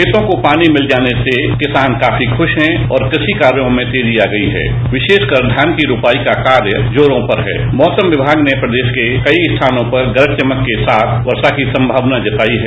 खेतों को पानी मिल जाने से किसान काफी खुष हैं और कृशि कार्यो में तेजी आ गयी है विषेशकर धान की रोपाई का काम जोरो पर है मौसम विभाग ने प्रदेष के काफी स्थानों पर गरज चमक के साथ वर्शा की संभवना जताई है